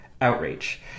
outrage